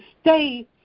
stay